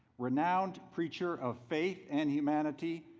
renowned preacher of faith and humanity,